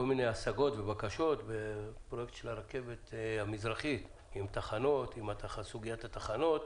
מיני השגות ובקשות בפרויקט הרכבת המזרחי: סוגיית התחנות,